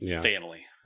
family